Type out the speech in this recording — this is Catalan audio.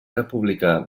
republicà